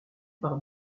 par